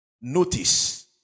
Notice